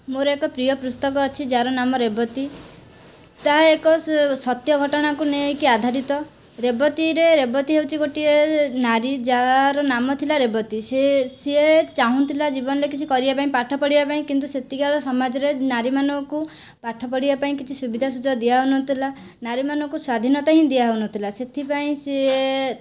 ମୋର ଏକ ପ୍ରିୟ ପୁସ୍ତକ ଅଛି ଯାହାର ନାମ ରେବତୀ ତାହା ଏକ ସତ୍ୟ ଘଟଣାକୁ ନେଇକି ଆଧାରିତ ରେବତୀରେ ରେବତୀ ହେଉଛି ଗୋଟିଏ ନାରୀ ଯାହାର ନାମ ଥିଲା ରେବତୀ ସେ ସିଏ ଚାହୁଁଥିଲା ଜୀବନରେ କିଛି କରିବା ପାଇଁ ପାଠ ପଢ଼ିବା ପାଇଁ କିନ୍ତୁ ସେଠିକାର ସମାଜରେ ନାରୀମାନଙ୍କୁ ପାଠ ପଢ଼ିବା ପାଇଁ କିଛି ସୁବିଧା ସୁଯୋଗ ଦିଆହେଉନଥିଲା ନାରୀମାନଙ୍କୁ ସ୍ଵାଧିନତା ହିଁ ଦିଆହେଉନଥିଲା ସେଥିପାଇଁ ସେ